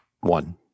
One